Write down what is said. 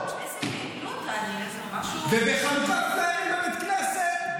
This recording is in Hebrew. איזו יעילות זה משהו --- בחלוקת פליירים בבית כנסת,